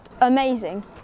amazing